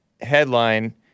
headline